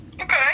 okay